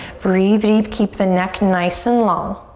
breathe deep, keep the neck nice and long.